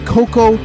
Coco